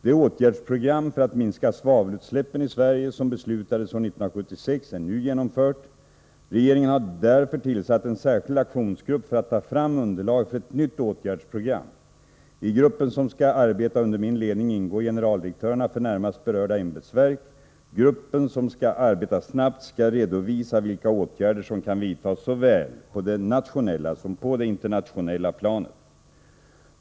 Det åtgärdsprogram för att minska svavelutsläppen i Sverige som beslutades år 1976 är nu genomfört. Regeringen har därför tillsatt en särskild aktionsgrupp för att ta fram underlag för ett nytt åtgärdsprogram. I gruppen, som skall arbeta under min ledning, ingår generaldirektörerna för närmast berörda ämbetsverk. Gruppen, som skall arbeta snabbt, skall redovisa vilka åtgärder som kan vidtas såväl på det nationella som på det internationella planet.